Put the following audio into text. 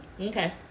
Okay